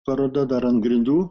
paroda dar ant grindų